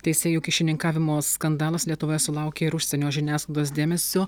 teisėjų kyšininkavimo skandalas lietuvoje sulaukė ir užsienio žiniasklaidos dėmesio